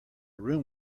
room